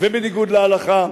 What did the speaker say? ובניגוד להלכה,